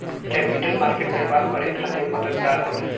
capital market व्यापार करे खातिर मददगार होला